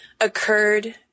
occurred